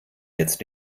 jetzt